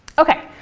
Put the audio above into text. ok.